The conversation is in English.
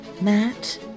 Matt